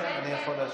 כן, אני יכול לאשר.